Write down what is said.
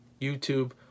YouTube